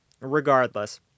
regardless